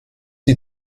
die